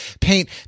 paint